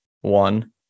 one